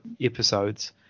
episodes